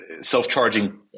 self-charging